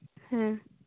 ᱦᱮᱸ